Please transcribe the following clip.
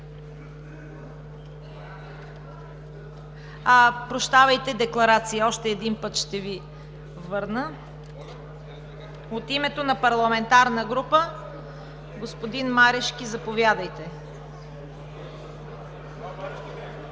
Прощавайте, декларация. Още един път ще Ви върна. От името на парламентарна група – господин Марешки, заповядайте.